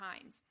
times